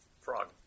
Frog